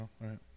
Right